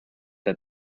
that